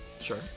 Sure